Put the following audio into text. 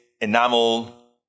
enamel